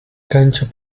canchas